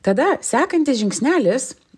tada sekantis žingsnelis